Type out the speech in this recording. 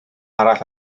arall